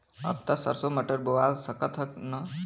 अब त सरसो मटर बोआय सकत ह न?